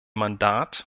mandat